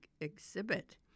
exhibit